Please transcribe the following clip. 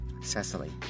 Cecily